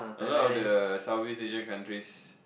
a lot of the SoutEast-Asian countries